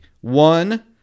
one